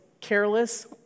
careless